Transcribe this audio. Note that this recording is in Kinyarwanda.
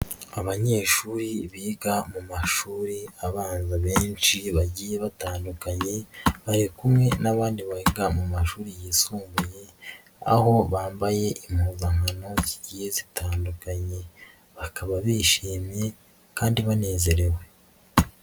Abanyeshuri biga mu mashuri abanza benshi bagiye batandukanye bari kumwe n'abandi biga mu mashuri yisumbuye aho bambaye impuzankano zigiye zitandukanye, bakaba bishimye kandi banezerewe.